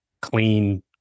clean